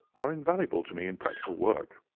are invaluable to me in practical work.